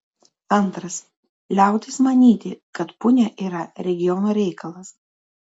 antras liautis manyti kad punia yra regiono reikalas